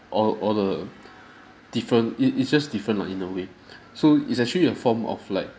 all all the different it it's just different lah in a way so it's actually a form of like